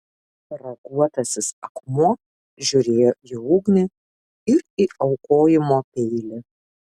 raguotasis akmuo žiūrėjo į ugnį ir į aukojimo peilį